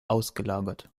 ausgelagert